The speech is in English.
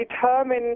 determine